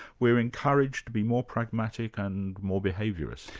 we're encouraged to be more pragmatic and more behaviourist.